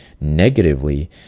negatively